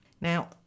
Now